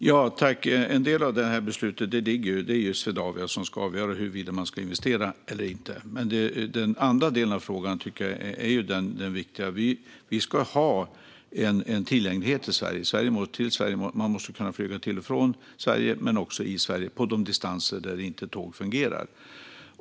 Fru talman! En del av detta beslut är Swedavias. De ska avgöra huruvida de ska göra en investering eller inte. Den andra delen av frågan är det viktiga. Vi ska ha en tillgänglighet i och till Sverige. Man måste kunna flyga till och från men också inom Sverige på de distanser där tåg inte fungerar.